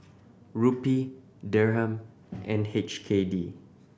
Rupee Dirham and H K D